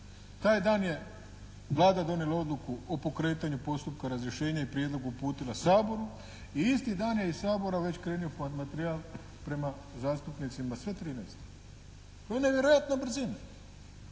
taj dan je Vlada donijela odluku o pokretanju postupka razrješenja i prijedlog uputila Saboru i isti dan je iz Sabora već krenuo materijal prema zastupnicima, sve 13. To je nevjerojatna brzina.